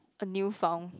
a new found